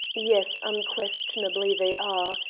yes, unquestionably they are.